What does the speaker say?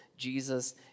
Jesus